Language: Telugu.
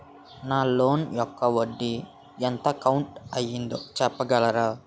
నా లోన్ యెక్క వడ్డీ ఎంత కట్ అయిందో చెప్పగలరా?